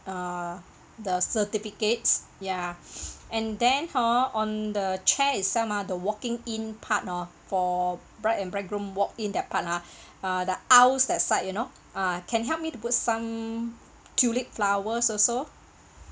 uh the certificates ya and then hor on the chair is some ah the walking in part hor for bride and bridegroom walked in that part ha uh aisle that side you know ah can help me to put some tulip flowers also